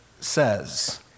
says